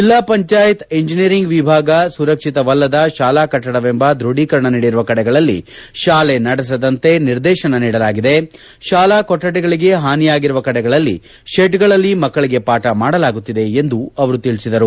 ಜಿಲ್ಲಾ ಪಂಚಾಯತ್ ಇಂಜಿನಿಯರಿಂಗ್ ವಿಭಾಗ ಸುರಕ್ಷಿತವಲ್ಲದ ಶಾಲಾ ಕಟ್ಟಡವೆಂಬ ದೃಢೀಕರಣ ನೀಡಿರುವ ಕಡೆಗಳಲ್ಲಿ ಶಾಲೆ ನಡೆಸದಂತೆ ನಿರ್ದೇಶನ ನೀಡಲಾಗಿದೆ ಶಾಲಾ ಕೊಠಡಿಗಳಿಗೆ ಪಾನಿಯಾಗಿರುವ ಕಡೆಗಳಲ್ಲಿ ಶೆಡ್ಗಳಲ್ಲಿ ಮಕ್ಕಳಿಗೆ ಪಾಠ ಮಾಡಲಾಗುತ್ತಿದೆ ಎಂದು ಅವರು ಹೇಳಿದರು